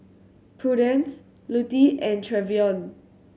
Prudence Lutie and Trevion